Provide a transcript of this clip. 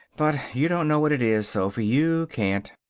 but you don't know what it is, sophy. you can't.